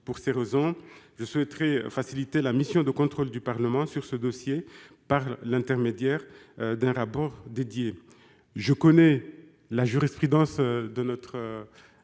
Pour ces raisons, je souhaite faciliter la mission de contrôle du Parlement sur ce dossier, par l'intermédiaire d'un rapport dédié. Je connais la jurisprudence de notre